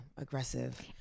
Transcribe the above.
Aggressive